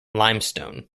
limestone